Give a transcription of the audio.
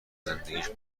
زندگیش